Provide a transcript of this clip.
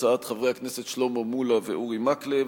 הצעות לסדר-היום של חברי הכנסת שלמה מולה ואורי מקלב,